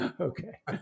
Okay